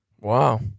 Wow